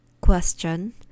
question